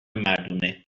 مردونه